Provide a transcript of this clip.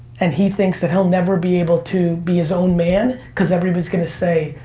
and he thinks that he'll never be able to be his own man cause everybody's gonna say,